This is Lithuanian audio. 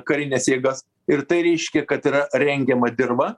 karines jėgas ir tai reiškia kad yra rengiama dirva